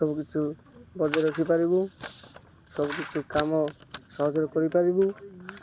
ସବୁକିଛି ବଜାୟ ରଖିପାରିବୁ ସବୁକିଛି କାମ ସହଜରେ କରିପାରିବୁ